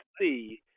see